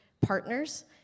partners